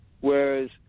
Whereas